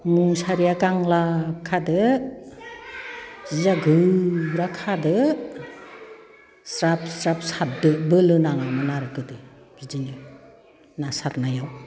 मुसारिया गांलाब खादो जिया गोरा खादो ज्राब ज्राब सारदो बोलो नाङामोन आरो गोदो बिदिनो ना सारनायाव